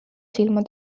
silma